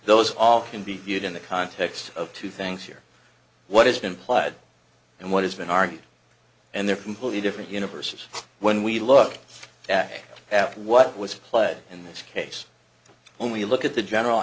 those all can be viewed in the context of two things here what has been pled and what has been argued and they're completely different universes when we look back at what was played in this case when we look at the general